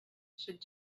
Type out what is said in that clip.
should